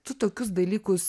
tu tokius dalykus